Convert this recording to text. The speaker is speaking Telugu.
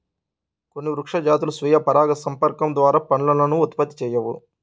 కొన్ని వృక్ష జాతులు స్వీయ పరాగసంపర్కం ద్వారా పండ్లను ఉత్పత్తి చేయవు